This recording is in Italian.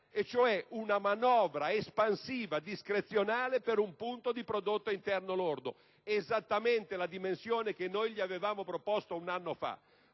cioè una manovra espansiva discrezionale per un punto di prodotto interno lordo, esattamente la dimensione che gli avevamo proposto un anno fa,